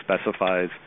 specifies